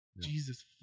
jesus